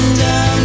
down